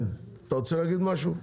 כן, אתה רוצה להגיד משהו?